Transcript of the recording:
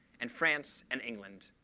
and france and england.